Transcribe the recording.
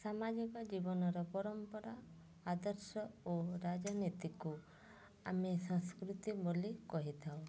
ସାମାଜିକ ଜୀବନର ପରମ୍ପରା ଆଦର୍ଶ ଓ ରାଜନୀତିକୁ ଆମେ ସଂସ୍କୃତି ବୋଲି କହିଥାଉ